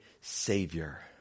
savior